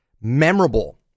memorable